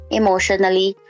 emotionally